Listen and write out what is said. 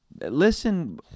Listen